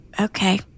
Okay